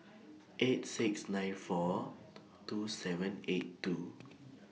eight six nine four two seven eight two